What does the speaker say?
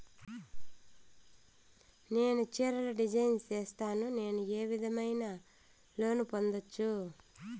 నేను చీరలు డిజైన్ సేస్తాను, నేను ఏ విధమైన లోను పొందొచ్చు